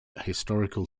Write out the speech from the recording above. historical